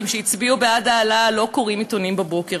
חברי הכנסת שהצביעו בעד ההעלאה לא קוראים עיתונים בבוקר.